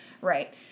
Right